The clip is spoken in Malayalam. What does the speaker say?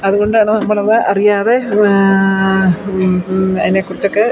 അതുകൊണ്ടാണ് നമ്മൾ അവ അറിയാതെ അതിനെ കുറിച്ചൊക്കെ